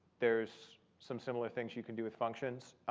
there's some similar things you can do with functions.